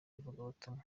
ivugabutumwa